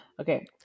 Okay